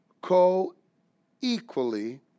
co-equally